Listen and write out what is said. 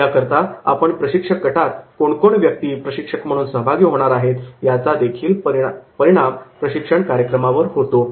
याकरता आपण प्रशिक्षक गटात कोण कोण व्यक्ती प्रशिक्षक म्हणून सहभागी होणार आहेत याचा देखील परिणाम प्रशिक्षण कार्यक्रमावर होतो